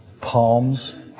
Palms